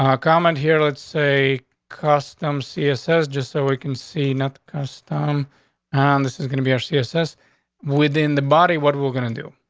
um comment here, let's say custom css just so we can see not custom on and this is gonna be our css within the body. what we're gonna do.